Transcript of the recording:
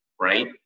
right